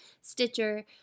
Stitcher